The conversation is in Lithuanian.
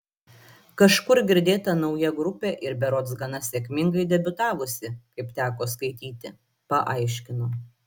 kažkur girdėta nauja grupė ir berods gana sėkmingai debiutavusi kaip teko skaityti paaiškino